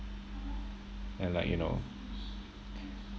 and like you know